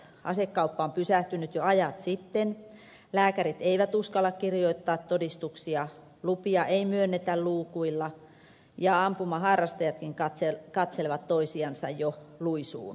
asekauppa on pysähtynyt jo ajat sitten lääkärit eivät uskalla kirjoittaa todistuksia lupia ei myönnetä luukuilla ja ampumaharrastajatkin katselevat toisiansa jo luisuun